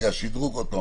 שדרוג עוד פעם,